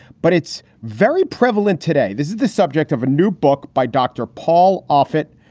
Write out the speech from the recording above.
but it's very prevalent today. this is the subject of a new book by dr. paul offit,